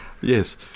Yes